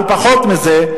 על פחות מזה,